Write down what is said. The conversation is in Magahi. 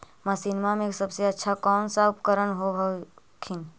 मसिनमा मे सबसे अच्छा कौन सा उपकरण कौन होब हखिन?